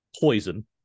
poison